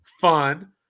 fun